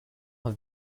have